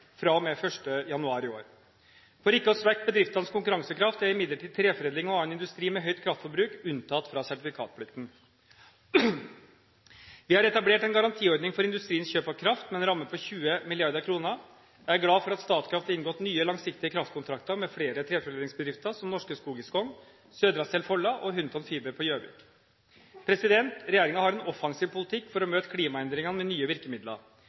januar i år. For ikke å svekke bedriftenes konkurransekraft er imidlertid treforedling og annen industri med høyt kraftforbruk unntatt fra sertifikatplikten. Vi har etablert en garantiordning for industriens kjøp av kraft med en ramme på 20 mrd. kr. Jeg er glad for at Statkraft har inngått nye langsiktige kraftkontrakter med flere treforedlingsbedrifter som Norske Skog på Skogn, Södra Cell Folla og Hunton Fiber på Gjøvik. Regjeringen har en offensiv politikk for å møte klimaendringene med nye virkemidler.